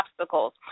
obstacles